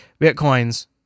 Bitcoins